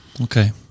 Okay